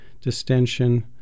distension